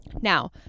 Now